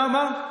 למה?